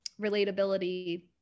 relatability